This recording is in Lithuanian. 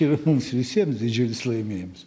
yra mums visiems didžiulis laimėjimas